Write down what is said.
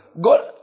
God